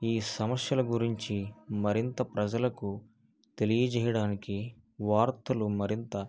ఈ సమస్యల గురించి మరింత ప్రజలకు తెలియజేయడానికి వార్తలు మరింత